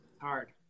hard